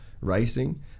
racing